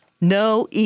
No